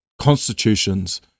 constitutions